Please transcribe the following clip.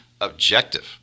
objective